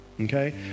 okay